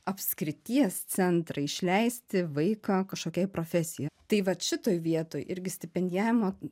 apskrities centrą išleisti vaiką kažkokiai profesiją tai vat šitoj vietoj irgi stipendijavimo